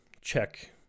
check